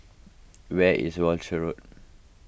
where is Walshe Road